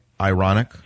ironic